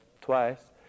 twice